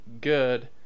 good